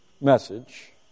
message